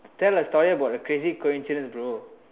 tell a story about a crazy coincidence bro